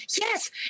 Yes